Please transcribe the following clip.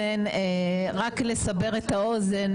רק לסבר את האוזן,